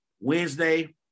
Wednesday